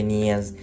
years